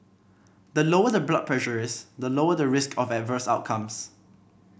the lower the blood pressure is the lower the risk of adverse outcomes